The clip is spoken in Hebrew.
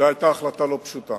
זו היתה החלטה לא פשוטה.